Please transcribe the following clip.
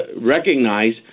recognize